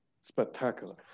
spectacular